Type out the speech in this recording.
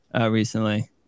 recently